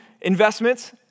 investments